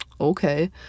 okay